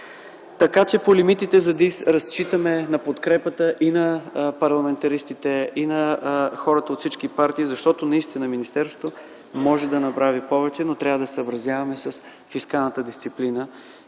млн. лв. По лимитите за ДИЗ разчитаме на подкрепата на парламентаристите и хората от всички партии, защото наистина министерството може да направи повече, но трябва да се съобразяваме с фискалната дисциплина